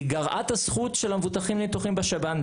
היא גרעה את הזכות של המבוטחים לניתוחים בשב"ן.